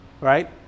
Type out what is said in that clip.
right